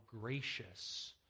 gracious